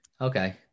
Okay